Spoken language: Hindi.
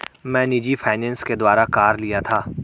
मैं निजी फ़ाइनेंस के द्वारा कार लिया था